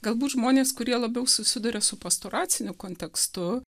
galbūt žmonės kurie labiau susiduria su pastoraciniu kontekstu